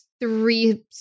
three